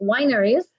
wineries